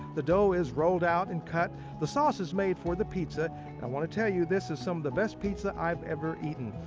the dough is rolled out and cut. the sauce is made for the pizza, and i want to tell you, this is some of the best pizza i've ever eaten.